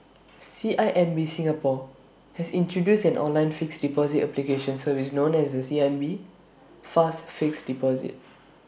C I M B Singapore has introduced an online fixed deposit application service known as the C I M B fast fixed deposit